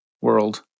world